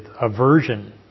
aversion